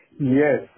Yes